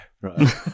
Right